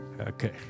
okay